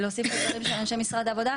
ולהוסיף לדברים של אנשי משרד הכלכלה.